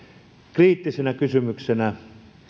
kriittisenä kysymyksenä